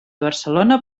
barcelona